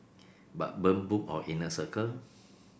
but burn book or inner circle